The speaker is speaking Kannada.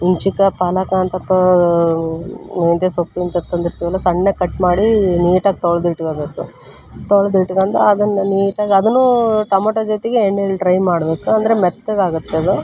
ಉಂಚಿಕಾಯಿ ಪಾಲಕ ಮೆಂತ್ಯೆ ಸೊಪ್ಪು ಇಂಥದ್ದು ತಂದಿರ್ತೀವಲ್ಲ ಸಣ್ಣಗೆ ಕಟ್ ಮಾಡಿ ನೀಟಾಗಿ ತೊಳ್ದಿಟ್ಕೊಬೇಕು ತೊಳ್ದಿಟ್ಕಂಡು ಅದನ್ನು ನೀಟಾಗಿ ಅದೂನು ಟೊಮೊಟೊ ಜೊತೆಗೆ ಎಣ್ಣಿಲಿ ಡ್ರೈ ಮಾಡಬೇಕು ಅಂದರೆ ಮೆತ್ತಗಾಗುತ್ತದು